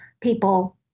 people